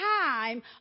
time